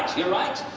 you're right.